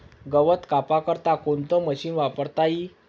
गवत कापा करता कोणतं मशीन वापरता ई?